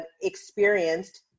experienced